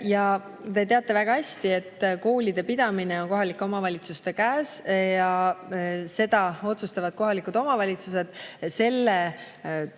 Ja te teate väga hästi, et koolide pidamine on kohalike omavalitsuste käes ja seda otsustavad kohalikud omavalitsused. Selle toetuse